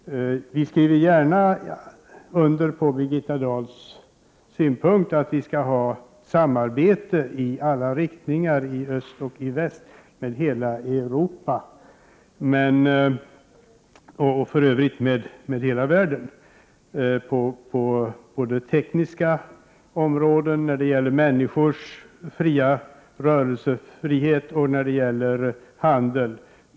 Fru talman! Det är mycket glädjande att höra att vår nationella integritet inte på något sätt kan hotas av den s.k. EG-anpassning som pågår. Tyvärr känner vi oss i miljöpartiet inte särskilt lugna bara av denna deklaration. Det finns nämligen så många andra tecken som antyder att vår integritet faktiskt hotas på detaljområde efter detaljområde. Vi skriver gärna under på Birgitta Dahls synpunkter att vi skall ha samarbete i alla riktningar, i öst och i väst, med hela Europa och för övrigt med hela världen såväl på tekniska områden, när det gäller människors rörelsefrihet, som i fråga om handeln.